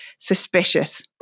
suspicious